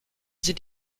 sie